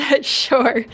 Sure